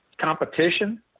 competition